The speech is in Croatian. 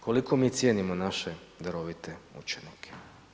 Koliko mi cijenimo naše darovite učenike?